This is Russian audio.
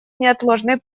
неотложной